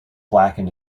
blackened